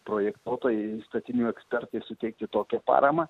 projektuotojai statinių ekspertai suteikti tokią paramą